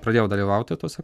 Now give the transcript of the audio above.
pradėjau dalyvauti tuose